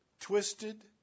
twisted